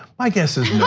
my guess is